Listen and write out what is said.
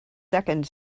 second